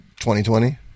2020